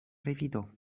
revido